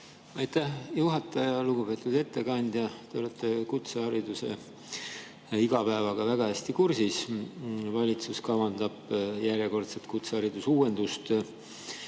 Aitäh, juhataja! Lugupeetud ettekandja! Te olete kutsehariduse igapäevaga väga hästi kursis. Valitsus kavandab järjekordselt kutseharidusuuendust,